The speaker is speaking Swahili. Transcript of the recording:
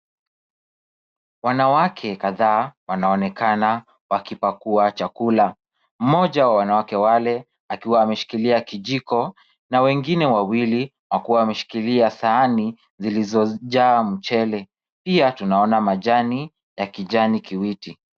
Wanawake kadhaa, wanaonekana wakipakua chakula, mmoja wa wanawake wale akiwa ameshikilia kijiko na wengine wawili wakiwa wameshikilia sahani zilizojaa mchele, pia tunaona majani ya kijani kiwiti .